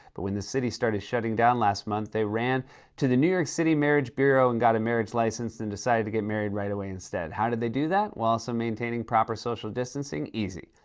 but when the city started shutting down last month, they ran to the new york city marriage bureau and got a marriage license and decided to get married right away, instead. how did they do that while also maintaining proper social distancing? easy.